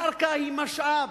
קרקע היא משאב,